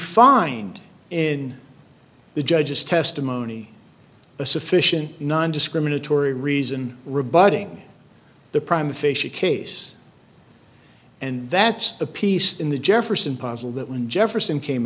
find in the judge's testimony a sufficient nondiscriminatory reason rebutting the prime facie case and that's the piece in the jefferson puzzle that when jefferson came